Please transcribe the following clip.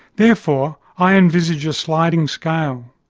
therefore, i envisage a sliding scale.